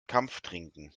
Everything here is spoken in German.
kampftrinken